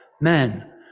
men